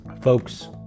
folks